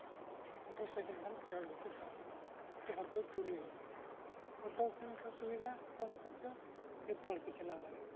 ᱟᱨ motorcycle ᱛᱮᱠᱷᱟᱱ ᱯᱮ ᱦᱚᱲ ᱜᱮᱯᱮ ᱥᱟᱦᱚᱵ ᱪᱟᱵᱟᱭᱮᱱᱟ ᱱᱤᱛᱚᱜ ᱢᱟᱯᱮ ᱛᱩᱨᱩᱭ ᱦᱚᱲᱟ ᱚᱴᱳ ᱛᱟᱦᱮᱱ ᱠᱷᱟᱱ ᱥᱩᱵᱤᱫᱷᱟ ᱠᱚᱢ ᱠᱷᱚᱨᱪᱟ ᱡᱚᱛᱚ ᱦᱚᱲ ᱯᱮ ᱪᱟᱞᱟᱣ ᱫᱟᱲᱮᱭᱟᱜᱼᱟ